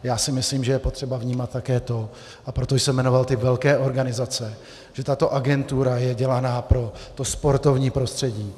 Já si myslím, že je také potřeba vnímat také to, a proto jsem jmenoval ty velké organizace, že tato agentura je dělaná pro sportovní prostředí.